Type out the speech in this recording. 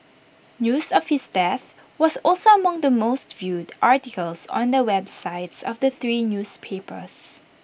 news of his death was also among the most viewed articles on the websites of the three newspapers